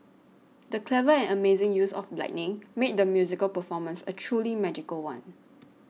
the clever and amazing use of lighting made the musical performance a truly magical one